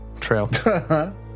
trail